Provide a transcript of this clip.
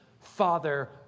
Father